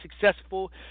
successful